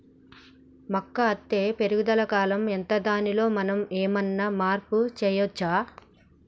మొక్క అత్తే పెరుగుదల కాలం ఎంత దానిలో మనం ఏమన్నా మార్పు చేయచ్చా?